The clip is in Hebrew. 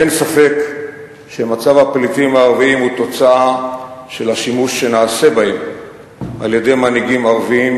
אין ספק שמצב הפליטים הערבים הוא תוצאה של השימוש שעשו בהם מנהיגים ערבים